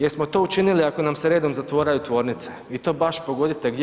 Jesmo to učinili ako nam se redom zatvaraju tvornice i to baš pogodite gdje?